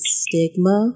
stigma